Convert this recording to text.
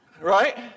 right